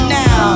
now